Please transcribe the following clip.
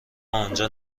آنجا